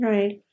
Right